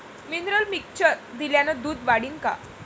Mineral mixture दिल्यानं दूध वाढीनं का?